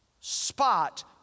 spot